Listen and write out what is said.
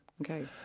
Okay